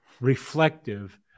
reflective